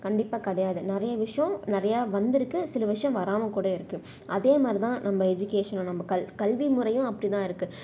கண்டிப்பாக கிடையாது நிறைய விஷ்யம் நிறையா வந்துருக்கு சில விஷ்யம் வராமல் கூட இருக்குது அதே மாதிரி தான் நம்ம எஜிகேஷனும் நம்ம கல் கல்வி முறையும் அப்படி தான் இருக்குது